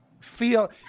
Feel